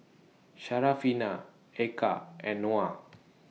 Syarafina Eka and Noah